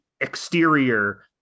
exterior